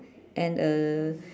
and a